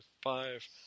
five